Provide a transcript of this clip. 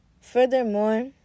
furthermore